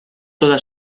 toda